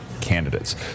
candidates